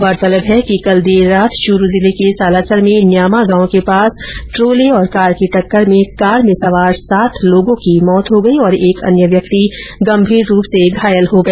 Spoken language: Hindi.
गौरतलब है कि कल देर रात चूरू जिले के सालासर में न्यामा गांव के पास ट्रोले और कार की टक्कर में कार मे सवार सात लोगों की मौत हो गई और एक अन्य व्यक्ति गंभीर रूप से घायल हो गया